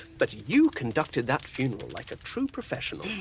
but you conducted that funeral like a true professional.